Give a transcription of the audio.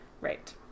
Right